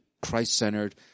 Christ-centered